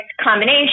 combination